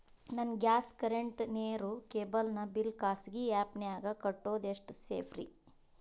ನನ್ನ gas current, ನೇರು, cable ನ ಬಿಲ್ ಖಾಸಗಿ ಆ್ಯಪ್ ನ್ಯಾಗ್ ಕಟ್ಟೋದು ಎಷ್ಟು ಸೇಫ್ರಿ?